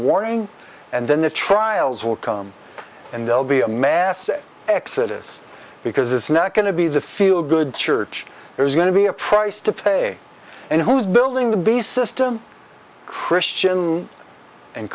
warning and then the trials will come and they'll be a mass exodus because it's not going to be the feel good church there's going to be a price to pay and who's building the beast system christian and